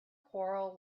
quarrel